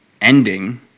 ending